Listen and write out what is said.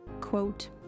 quote